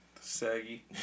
saggy